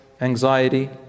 anxiety